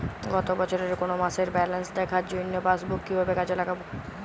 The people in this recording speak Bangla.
গত বছরের কোনো মাসের ব্যালেন্স দেখার জন্য পাসবুক কীভাবে কাজে লাগাব?